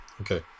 Okay